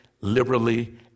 liberally